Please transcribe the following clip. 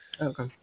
Okay